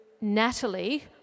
Natalie